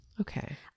Okay